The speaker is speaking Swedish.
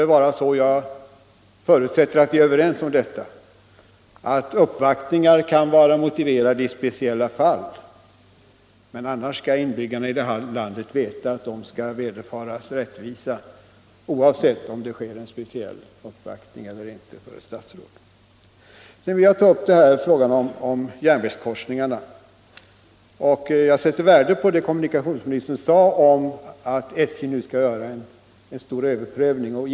Uppvaktningar kan — jag förutsätter att vi är ense om detta — vara motiverade i speciella fall, men annars skall inbyggarna här i landet veta att de vederfars rättvisa oavsett om de gör en speciell uppvaktning eller inte för ett statsråd. Sedan till frågan om järnvägskorsningarna. Jag sätter värde på vad kommunikationsministern sade om att SJ skall göra en stor översyn av dem.